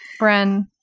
Bren